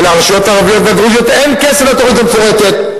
ולרשויות הערביות והדרוזיות אין כסף לתוכנית המפורטת.